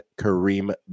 Kareem